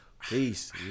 Peace